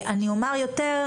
אני אומר יותר,